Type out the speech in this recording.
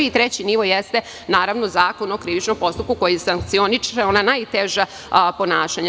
Treći nivo jeste, naravno, Zakon o krivičnom postupku, koji sankcioniše ona najteža ponašanja.